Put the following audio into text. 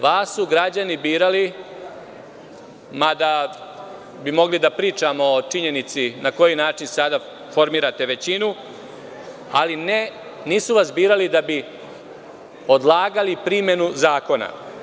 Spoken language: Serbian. Vas su građani birali, mada bi mogli da pričamo o činjenici na koji način sada formirate većinu, ali nisu vas birali da bi odlagali primenu zakona.